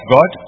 God